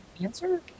answer